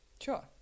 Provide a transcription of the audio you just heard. Sure